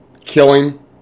Killing